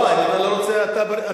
לא, אם אתה לא רוצה, אתה לפני.